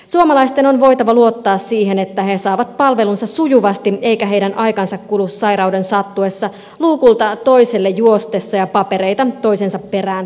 suomalaisten on voitava luottaa siihen että he saavat palvelunsa sujuvasti eikä heidän aikansa kulu sairauden sattuessa luukulta toiselle juostessa ja papereita toisensa perään täyttäessä